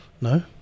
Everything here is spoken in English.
No